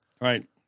Right